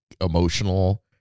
emotional